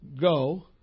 Go